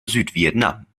südvietnam